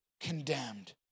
condemned